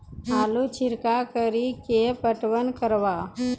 आलू छिरका कड़ी के पटवन करवा?